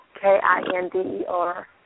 K-I-N-D-E-R